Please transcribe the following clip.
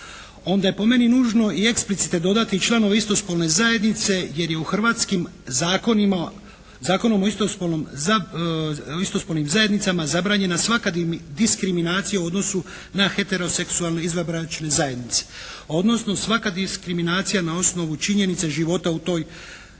Onda je po meni nužno i eksplicite dodati i članove istospolne zajednice jer je u hrvatskim zakonima, Zakonom o istospolnim zajednicama zabranjena svaka diskriminacija u odnosu na heteroseksualne izvanbračne zajednice, odnosno svaka diskriminacija na osnovu činjenica i života u toj